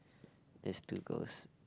there's two girls